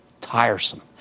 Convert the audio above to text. Tiresome